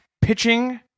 pitching